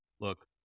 look